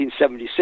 1976